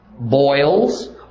boils